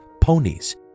ponies